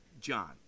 John